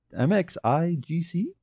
MXIGC